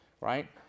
right